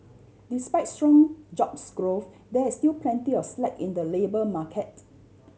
despite strong jobs growth there is still plenty of slack in the labour market